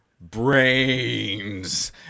Brains